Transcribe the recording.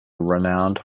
renowned